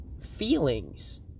feelings